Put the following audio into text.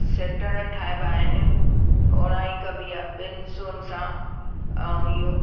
sweater ठाहिबा आहिनि उणाई कॿी आहे ॿिनि सुअन सां ऐं इहो